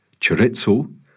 chorizo